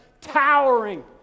towering